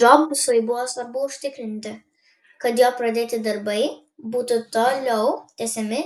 džobsui buvo svarbu užtikrinti kad jo pradėti darbai būtų toliau tęsiami